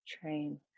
Train